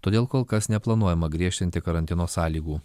todėl kol kas neplanuojama griežtinti karantino sąlygų